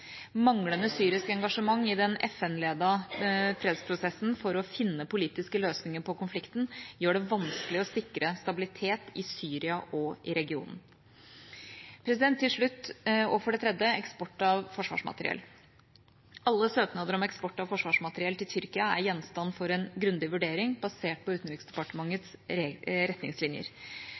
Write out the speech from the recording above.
Manglende syrisk engasjement i den FN-ledede fredsprosessen for å finne politiske løsninger på konflikten gjør det vanskelig å sikre stabilitet i Syria og i regionen. Til slutt og for det tredje: Eksport av forsvarsmateriell. Alle søknader om eksport av forsvarsmateriell til Tyrkia er gjenstand for en grundig vurdering basert på Utenriksdepartementets retningslinjer.